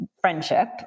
friendship